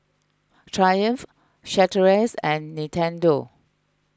Triumph Chateraise and Nintendo